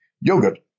Yogurt